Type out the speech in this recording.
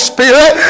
Spirit